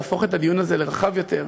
להפוך את הדיון הזה לרחב יותר,